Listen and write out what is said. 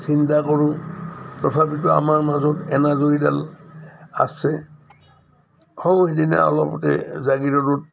চিন্তা কৰোঁ তথাপিতো আমাৰ মাজত এনাজৰীডাল আছে সৌ সিদিনা অলপতে জাগিৰ'ডত